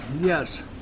Yes